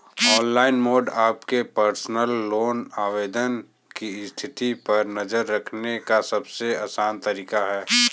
online mode आपके personal loan आवेदन की स्थिति पर नज़र रखने का सबसे आसान तरीका है